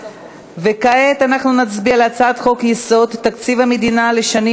כעת אנחנו נצביע על הצעת חוק-יסוד: תקציב המדינה לשנים